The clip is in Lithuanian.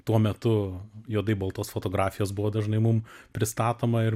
tuo metu juodai baltos fotografijos buvo dažnai mum pristatoma ir